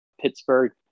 Pittsburgh